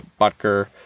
Butker